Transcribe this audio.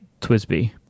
Twisby